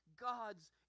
God's